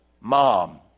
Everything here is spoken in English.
mom